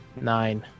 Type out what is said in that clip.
Nine